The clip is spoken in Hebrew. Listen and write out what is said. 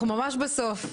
אנחנו ממש בסוף.